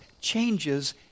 changes